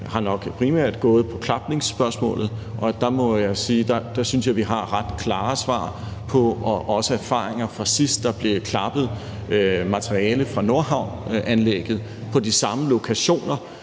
har nok primært gået på klapningsspørgsmålet, og der må jeg sige, at jeg synes, at vi har ret klare svar på det og også erfaringer fra sidst, der blev klappet materiale fra Nordhavnanlægget på de samme lokationer,